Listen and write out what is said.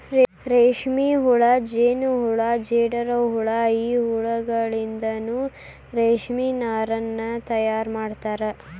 ರೇಷ್ಮೆಹುಳ ಜೇನಹುಳ ಜೇಡರಹುಳ ಈ ಹುಳಗಳಿಂದನು ರೇಷ್ಮೆ ನಾರನ್ನು ತಯಾರ್ ಮಾಡ್ತಾರ